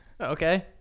Okay